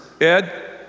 Ed